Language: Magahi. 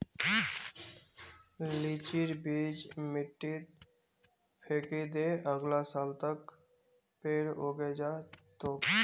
लीचीर बीज मिट्टीत फेकइ दे, अगला साल तक पेड़ उगे जा तोक